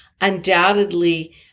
undoubtedly